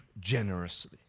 generously